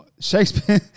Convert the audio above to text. Shakespeare